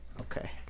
Okay